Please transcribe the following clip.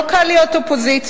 לא קל להיות אופוזיציה.